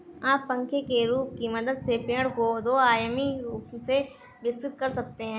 आप पंखे के रूप की मदद से पेड़ को दो आयामी रूप से विकसित कर सकते हैं